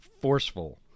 forceful